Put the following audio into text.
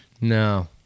No